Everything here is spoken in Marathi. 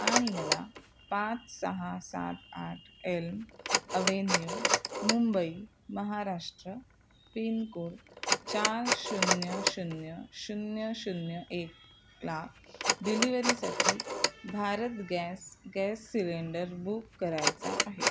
आणि मला पाच सहा सात आठ Elm Avenue Mumbai Maharashtra pin code चार शून्य शून्य शून्य शून्य एक ला डिलिवरीसाठी Bharat gas gas cylinder book करायचा आहे